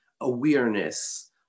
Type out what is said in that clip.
awareness